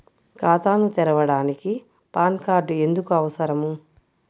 ఖాతాను తెరవడానికి PAN card ఎందుకు అవసరము?